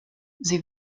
sie